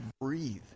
breathe